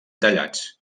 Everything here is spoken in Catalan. tallats